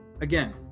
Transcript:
Again